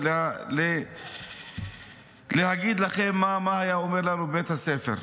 אני רוצה להגיד לכם מה הוא היה אומר לנו בבית הספר.